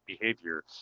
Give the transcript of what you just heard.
behavior